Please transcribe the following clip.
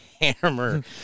hammer